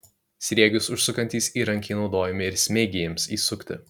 sriegius užsukantys įrankiai naudojami ir smeigėms įsukti